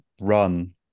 run